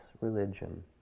religion